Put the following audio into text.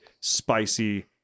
spicy